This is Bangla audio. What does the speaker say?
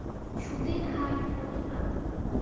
সুদের হার কতটা?